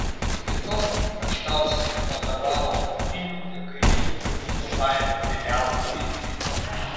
iki tol račkauskienė vadovavo odinių ir kailinių gaminių valymo filialui vilniuje